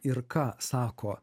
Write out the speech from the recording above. ir ką sako